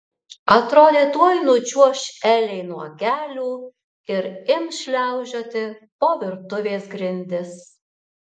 atrodė tuoj nučiuoš elei nuo kelių ir ims šliaužioti po virtuvės grindis